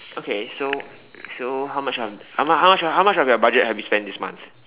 okay so so how much how much how much of your budget have you spent this month